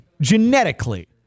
genetically